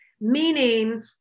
meaning